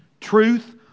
truth